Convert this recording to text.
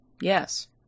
Yes